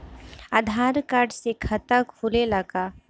आधार card से खाता खुले ला का?